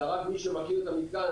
אלא רק מי שמכיר את המיתקן,